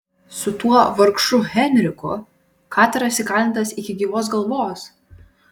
su tuo vargšu henriku kataras įkalintas iki gyvos galvos